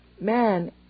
Man